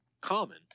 common